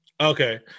okay